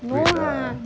stupid lah